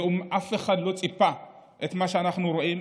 אף אחד לא ציפה למה שאנחנו רואים.